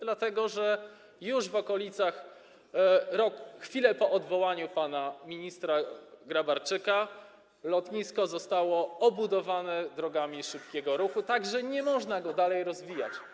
Dlatego że już w okolicach roku... chwilę po odwołaniu pana ministra Grabarczyka lotnisko zostało obudowane drogami szybkiego ruchu, tak że nie można go dalej rozwijać.